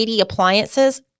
appliances